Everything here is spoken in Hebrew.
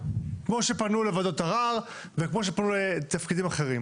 כמו שפנו לוועדות ערער וכמו שפנו לתפקידים אחרים.